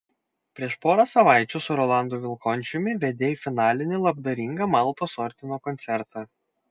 prieš porą savaičių su rolandu vilkončiumi vedei finalinį labdaringą maltos ordino koncertą